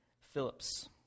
Phillips